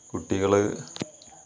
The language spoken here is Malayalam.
കുട്ടികള്